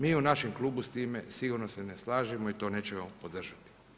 Mi u našem klubu s time sigurno se ne slažemo i to nećemo podržati.